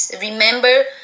remember